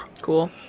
Cool